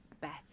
better